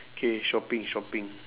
K shopping shopping